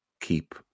keep